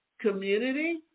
community